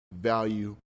value